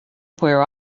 where